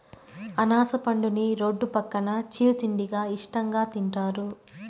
అనాస పండుని రోడ్డు పక్కన చిరు తిండిగా ఇష్టంగా తింటారు